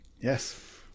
Yes